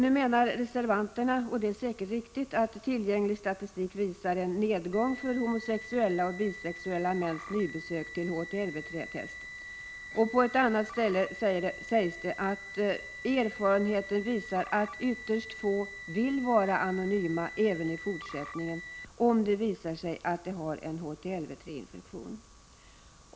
Nu menar reservanterna — och det är säkert riktigt — att tillgänglig statistik visar på en nedgång för homosexuella och bisexuella mäns nybesök när det gäller HTLV-III-test. På ett annat ställe säger man att erfarenheten visar att ytterst få vill vara anonyma även i fortsättningen, om det visar sig att de har en HTLV-III-infektion.